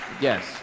Yes